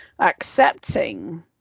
accepting